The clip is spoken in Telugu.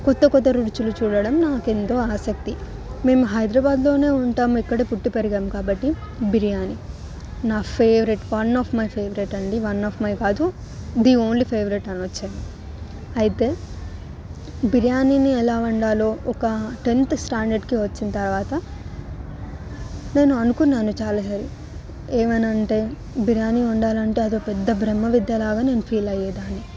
కొత్త కొత్త రుచులు చూడడం నాకు ఎంతో ఆసక్తి మేము హైదరాబాదులోనే ఉంటాం ఇక్కడే పుట్టి పెరిగాము కాబట్టి బిరియాని నా favourite one of my favourite అండి వన్ ఆఫ్ మై కాదు ది ఓన్లీ ఫేవరెట్ అనొచ్చండి అయితే బిరియాని ఎలా వండాలో ఒక టెన్త్ స్టాండర్డ్కి వచ్చిన తర్వాత నేను అనుకున్నాను చాలాసార్లు ఏమైనా అంటే బిర్యాని వండాలి అంటే అదేదో బ్రహ్మవిద్యలాగా నేను ఫీల్ అయ్యేదాన్ని